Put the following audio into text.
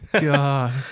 god